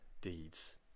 deeds